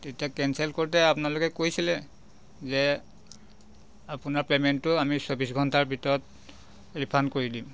তেতিয়া কেনচেল কৰোঁতে আপোনালোকে কৈছিলে যে আপোনাৰ পেমেন্টটো আমি চৌব্বিছ ঘন্টাৰ ভিতৰত ৰিফাণ্ড কৰি দিম